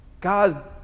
God